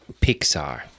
Pixar